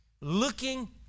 looking